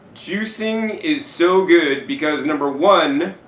juicing is so good because number one,